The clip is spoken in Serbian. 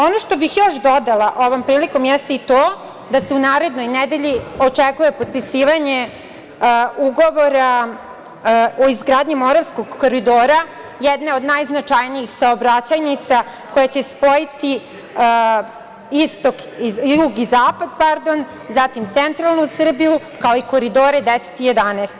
Ono što bih još dodala ovom prilikom jeste i to da se u narednoj nedelji očekuje potpisivanje ugovora o izgradnji Moravskog koridora, jedne od najznačajnijih saobraćajnica koja će spojiti jug i zapad, zatim centralnu Srbiju, kao i Koridore 10 i 11.